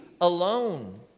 alone